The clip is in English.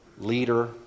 leader